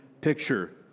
picture